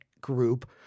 group